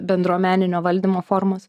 bendruomeninio valdymo formos